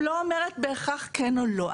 אומרת בהכרח כן או לא,